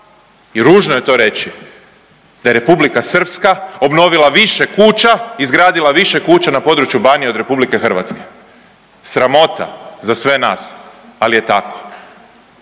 i ružno je to reći da je Republika Srpska obnovila više kuća, izgradila više kuća na području Banije od Republike Hrvatske. Sramota za sve nas, ali je tako.